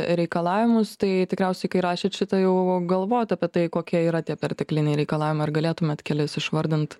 reikalavimus tai tikriausiai kai rašėt šitą jau galvojot apie tai kokie yra tie pertekliniai reikalavimai ar galėtumėt kelis išvardint